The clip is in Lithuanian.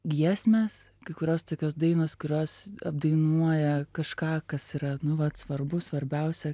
giesmės kai kurios tokios dainos kurios apdainuoja kažką kas yra nu vat svarbu svarbiausia